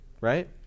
right